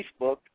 Facebook